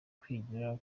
kwigira